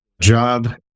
Job